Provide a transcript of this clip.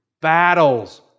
battles